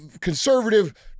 conservative